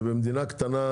במדינה קטנה,